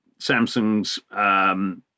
Samsung's